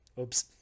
Oops